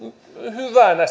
hyvänä